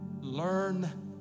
Learn